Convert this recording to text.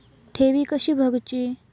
ठेवी कशी भरूची?